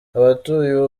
abatuye